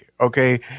okay